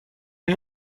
این